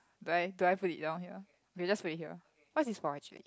do I do I put it down here we'll just put it here what's this for actually